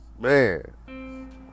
Man